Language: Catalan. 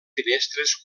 finestres